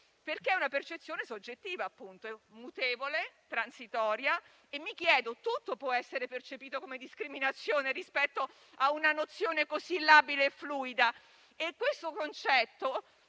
appunto una percezione soggettiva, mutevole e transitoria e tutto può essere percepito come discriminazione rispetto a una nozione così labile e fluida. Questo concetto